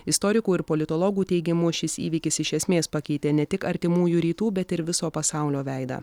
istorikų ir politologų teigimu šis įvykis iš esmės pakeitė ne tik artimųjų rytų bet ir viso pasaulio veidą